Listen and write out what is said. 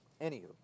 Anywho